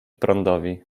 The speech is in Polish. prądowi